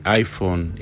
iPhone